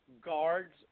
guards